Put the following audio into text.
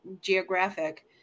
geographic